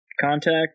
contact